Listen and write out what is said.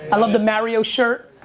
i love the mario shirt.